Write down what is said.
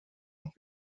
und